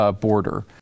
border